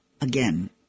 again